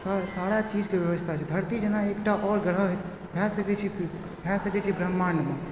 सारा चीजके व्यवस्था छै धरती जेना एकटा आओर ग्रह भए सकै छै ब्रह्माण्डमे